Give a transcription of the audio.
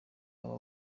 waba